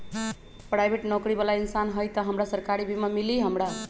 Private नौकरी बाला इंसान हई त हमरा सरकारी बीमा मिली हमरा?